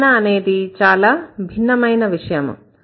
వర్ణన అనేది చాలా భిన్నమైన విషయము